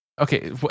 okay